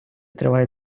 триває